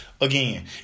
again